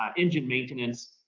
um engine maintenance,